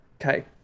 Okay